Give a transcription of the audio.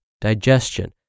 digestion